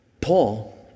Paul